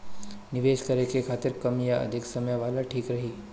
निवेश करें के खातिर कम या अधिक समय वाला ठीक रही?